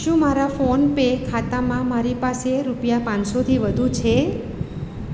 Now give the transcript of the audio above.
શું મારા ફોનપે ખાતામાં મારી પાસે રૂપિયા પાંચ સોથી વધુ છે